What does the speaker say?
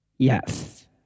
Yes